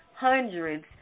Hundreds